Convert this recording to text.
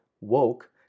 woke